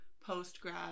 post-grad